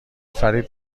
فریب